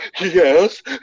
yes